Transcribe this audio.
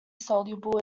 soluble